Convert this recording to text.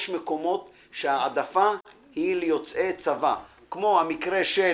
יש מקומות שההעדפה היא ליוצאי צבא, כמו במקרה של